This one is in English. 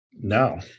No